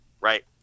right